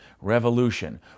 revolution